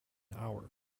hour